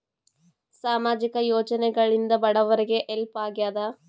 ಸಾಮಾಜಿಕ ಯೋಜನೆಗಳಿಂದ ಬಡವರಿಗೆ ಹೆಲ್ಪ್ ಆಗ್ಯಾದ?